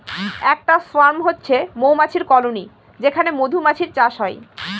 একটা সোয়ার্ম হচ্ছে মৌমাছির কলোনি যেখানে মধুমাছির চাষ হয়